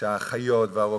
שהאחיות והרופאים,